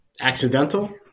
Accidental